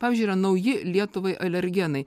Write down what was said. pavyzdžiui yra nauji lietuvai alergenai